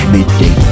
midday